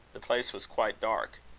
the place was quite dark.